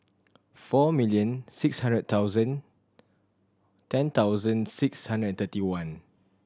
four million six hundred thousand ten thousand six hundred and thirty one